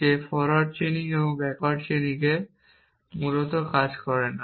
যে forward chaining এবং backward chaining মূলত কাজ করে না